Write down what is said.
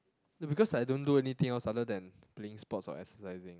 no because I don't do anything else other than playing sports or exercising